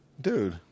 dude